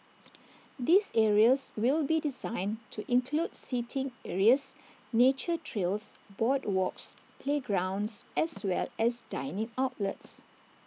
these areas will be designed to include seating areas nature trails boardwalks playgrounds as well as dining outlets